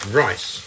rice